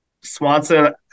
Swanson